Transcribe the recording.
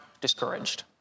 discouraged